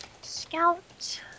Scout